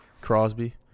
Crosby